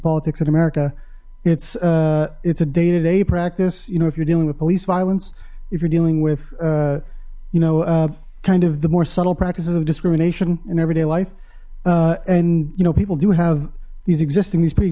politics in america it's it's a day to day practice you know if you're dealing with police violence if you're dealing with you know kind of the more subtle practices of discrimination in everyday life and you know people do have these existing these pre